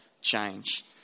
change